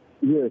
Yes